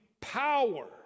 power